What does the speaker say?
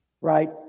Right